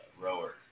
rower